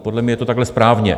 Podle mne je to takhle správně.